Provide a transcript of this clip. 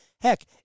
Heck